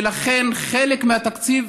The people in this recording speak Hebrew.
ולכן חלק מהתקציב